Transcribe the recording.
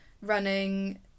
running